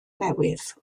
newydd